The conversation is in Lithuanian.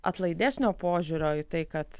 atlaidesnio požiūrio į tai kad